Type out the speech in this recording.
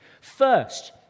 First